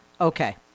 okay